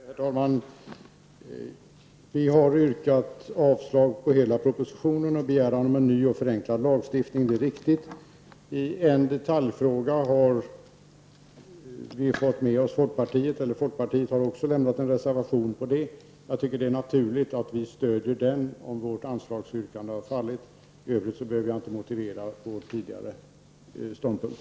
Herr talman! Vi har yrkat avslag på hela propositionen och begärt en ny och förenklad lagstiftning -- det är riktigt. I en detaljfråga har vi fått med oss folkpartiet -- folkpartiet har i varje fall också avgivit en reservation på den punkten. Jag tycker det är naturligt att vi stöder den om vårt avslagsyrkande faller. I övrigt behöver jag inte motivera vår ståndpunkt.